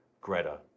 Greta